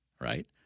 right